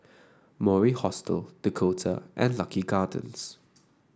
Mori Hostel Dakota and Lucky Gardens